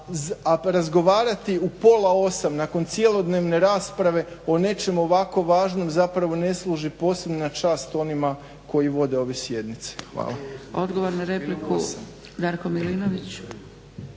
a razgovarati u 19,30 nakon cjelodnevne rasprave o nečemu ovako važnom zapravo ne služi posebno na čast onima koji vode ove sjednice. Hvala. **Zgrebec, Dragica